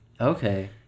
Okay